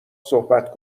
صحبت